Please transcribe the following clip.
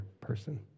person